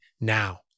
now